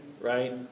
right